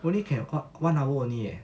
only can one hour only leh